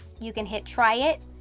you can hit try it,